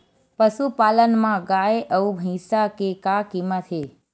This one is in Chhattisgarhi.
पशुपालन मा गाय अउ भंइसा के का कीमत हे?